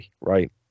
right